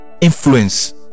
influence